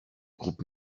groupe